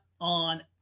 on